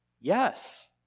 Yes